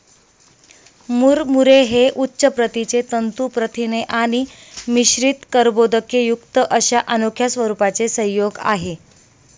मुरमुरे हे उच्च प्रतीचे तंतू प्रथिने आणि मिश्रित कर्बोदकेयुक्त अशा अनोख्या स्वरूपाचे संयोग आहे